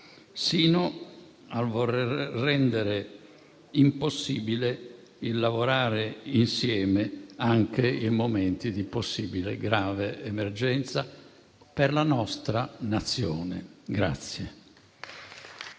sino al voler rendere impossibile il lavorare insieme anche in momenti di possibile grave emergenza per la nostra Nazione.